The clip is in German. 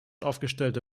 aufgestellte